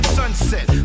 sunset